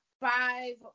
five